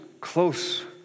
close